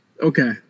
Okay